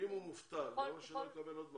אם הוא מובטל, ברור שלא יקבל עוד משהו.